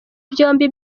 byombi